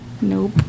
Nope